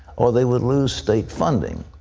or they would lose state funding.